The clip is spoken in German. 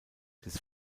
des